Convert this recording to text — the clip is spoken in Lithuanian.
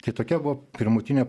tai tokia buvo pirmutinė